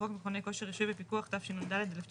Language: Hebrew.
בחוק מכוני כושר (רישוי ופיקוח) תשנ"ד-1994.